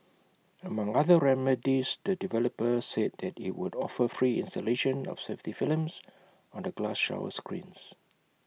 among other remedies the developer said that IT would offer free installation of safety films on the glass shower screens